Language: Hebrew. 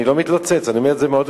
אני לא מתלוצץ, אני אומר את זה ברצינות.